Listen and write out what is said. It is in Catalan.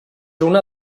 una